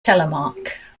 telemark